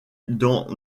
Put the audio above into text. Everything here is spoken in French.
dans